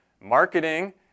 marketing